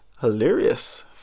hilarious